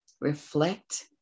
reflect